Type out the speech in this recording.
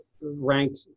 ranked